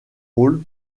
rôle